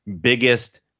biggest